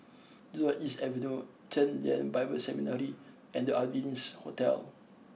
Jurong East Avenue Chen Lien Bible Seminary and The Ardennes Hotel